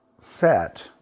set